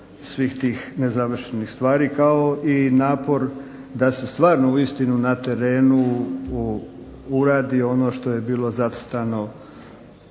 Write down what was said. svih tih nezavršenih stvari kao i napor da se stvarno uistinu na terenu uradi ono što je bilo zacrtano